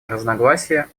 разногласия